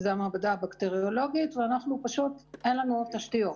שזו המעבדה הבקטריולוגית, ואין לנו תשתיות.